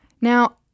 Now